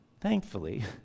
thankfully